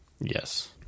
Yes